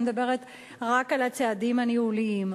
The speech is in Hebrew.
אני מדברת רק על הצעדים הניהוליים.